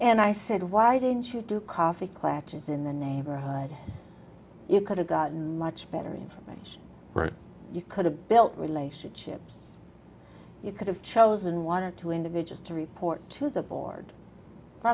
and i said why didn't you do coffee klatches in the neighborhood you could have gotten much better information or you could have built relationships you could have chosen one or two individuals to report to the board